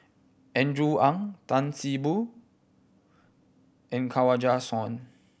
Andrew Ang Tan See Boo and Kanwaljit Soin